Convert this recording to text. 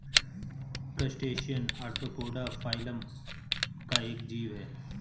crustacean arthropoda phylum का एक जीव है